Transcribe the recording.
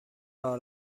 راه